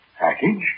Package